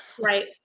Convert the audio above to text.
Right